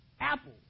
apple